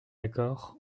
accord